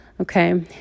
okay